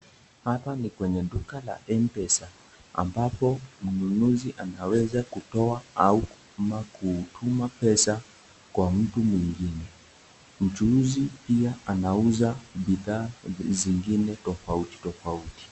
Hapa ni kwenye duka la Mpesa ambapo mnunuzi anaweza kutoa au kutuma pesa kwa mtu mwingine. Mchuuzi pia anauza bidhaa vingine tofauti tofauti.